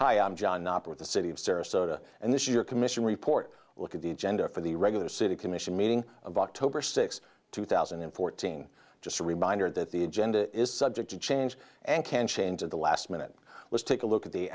hi i'm john operate the city of sarasota and this your commission report look at the agenda for the regular city commission meeting of october sixth two thousand and fourteen just a reminder that the agenda is subject to change and can change at the last minute let's take a look at the